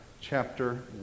chapter